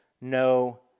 no